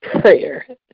prayer